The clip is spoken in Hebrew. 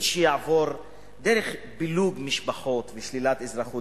לעבור דרך פילוג משפחות ושלילת אזרחות.